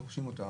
דורשים אותה,